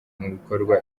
bikorwa